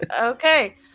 Okay